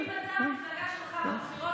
על פי מצע המפלגה שלך בבחירות,